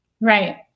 right